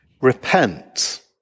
repent